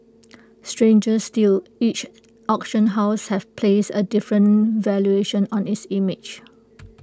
stranger still each auction house have placed A different valuation on its image